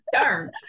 darn